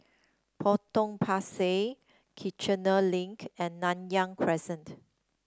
Potong Pasir Kiichener Link and Nanyang Crescent